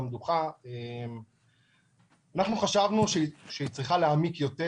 המדוכה חשבנו שהיא צריכה להעמיק יותר,